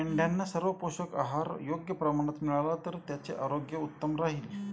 मेंढ्यांना सर्व पोषक आहार योग्य प्रमाणात मिळाला तर त्यांचे आरोग्य उत्तम राहील